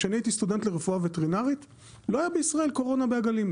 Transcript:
כשאני הייתי סטודנט לרפואה וטרינרית לא היה בישראל קורונה בעגלים,